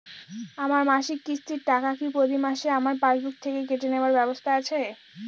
আমার মাসিক কিস্তির টাকা কি প্রতিমাসে আমার পাসবুক থেকে কেটে নেবার ব্যবস্থা আছে?